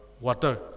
water